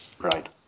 right